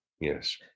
Yes